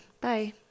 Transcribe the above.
Bye